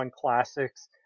classics